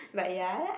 like ya